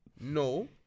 No